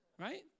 Right